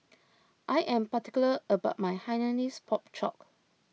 I am particular about my Hainanese Pork Chop